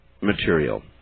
material